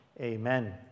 Amen